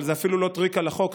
אבל זה אפילו לא טריק על החוק,